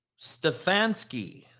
Stefanski